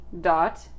dot